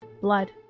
Blood